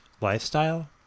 lifestyle